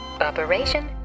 Operation